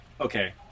Okay